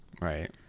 Right